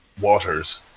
waters